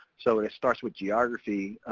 so it it starts with geography.